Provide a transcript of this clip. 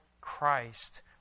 Christ